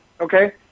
Okay